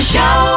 Show